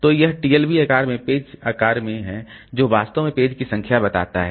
तो यह TLB आकार में पेज आकार में है जो वास्तव में पेज की संख्या बताता है